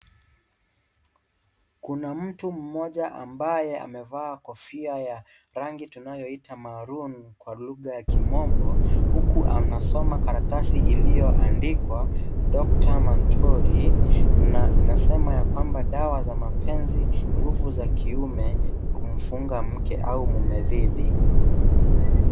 Kuna mtu mmoja ambaye amevaa kofia ya rangi tunayo it's maroon kwa lugha ya kimombo, huku anasoma karatasi iliyo andikwa Doctor Mantori na inasema ya kwamba dawa za mapenzi, nguvu za kiume, kumfunga mke au mume dhidi.